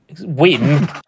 win